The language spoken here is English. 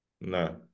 No